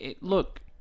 look